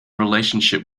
relationship